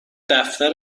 دفتر